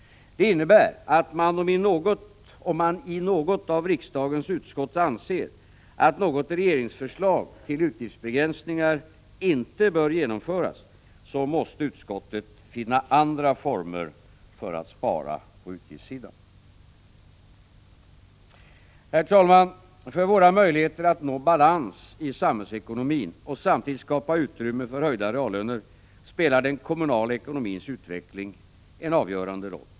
Detta innebär att om man i något av riksdagens utskott anser att ett regeringsförslag om utgiftsbegränsningar inte bör genomföras, så måste utskottet finna andra former för att spara på utgiftssidan. Herr talman! För våra möjligheter att nå balans i samhällsekonomin och samtidigt skapa utrymme för höjda reallöner spelar den kommunala ekonomins utveckling en avgörande roll.